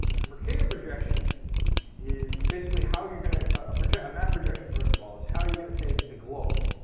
and a mercator projection is basically how you're going to ah a map projection first of all, is how you're going to take the globe,